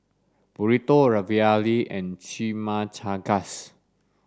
Burrito Ravioli and Chimichangas